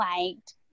liked